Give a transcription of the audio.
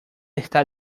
está